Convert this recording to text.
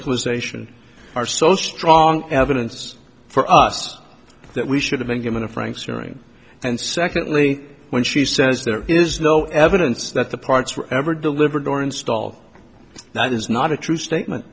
equalization are so strong evidence for us that we should have been given a franks hearing and secondly when she says there is no evidence that the parts were ever delivered or install that is not a true statement